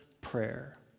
prayer